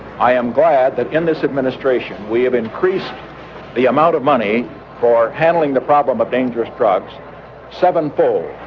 i am glad that, in this administration we have increased the amount of money for handling the problem of dangerous drugs seven-fold.